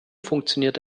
funktioniert